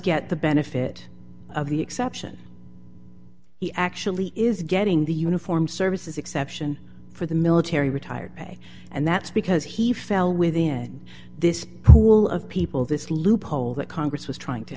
get the benefit of the exception he actually is getting the uniform services exception for the military retired and that's because he fell within this pool of people this loophole that congress was trying to